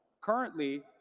Currently